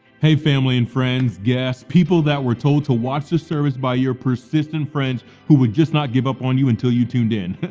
hey family and friends, yes people that were told to watch this service by your persistent friends who would just not give up on you until you tuned in.